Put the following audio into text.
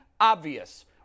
obvious